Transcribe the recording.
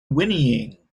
whinnying